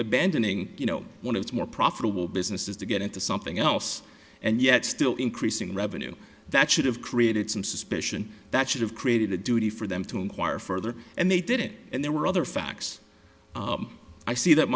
abandoning you know one of its more profitable businesses to get into something else and yet still increasing revenue that should have created some suspicion that should have created a duty for them to inquire further and they did it and there were other facts i see that